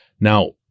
Now